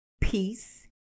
peace